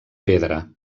pedra